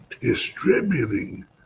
distributing